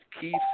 Keith